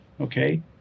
Okay